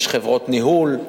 יש חברות ניהול,